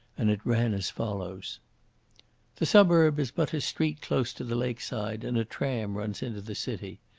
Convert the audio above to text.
and it ran as follows the suburb is but a street close to the lake-side, and a tram runs into the city.